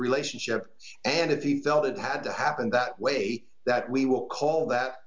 relationship and if he felt it had to happen that way that we will call that